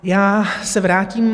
Já se vrátím.